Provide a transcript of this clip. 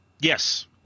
Yes